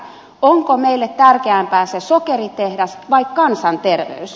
onko meille tärkeämpää se sokeritehdas vai kansanterveys